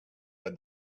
that